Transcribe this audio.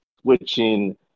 switching